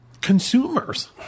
consumers